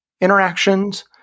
interactions